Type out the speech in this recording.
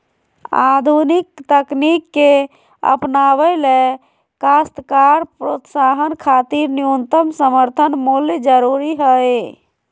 आधुनिक तकनीक के अपनावे ले काश्तकार प्रोत्साहन खातिर न्यूनतम समर्थन मूल्य जरूरी हई